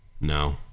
no